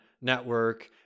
network